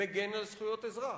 מגן על זכויות אזרח,